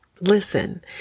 Listen